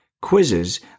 quizzes